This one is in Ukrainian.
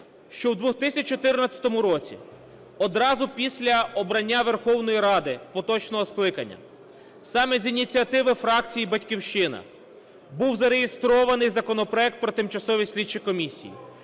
що у 2014 році, одразу після обрання Верховної Ради поточного скликання, саме з ініціативи фракції "Батьківщина" був зареєстрований законопроект про Тимчасові слідчі комісії.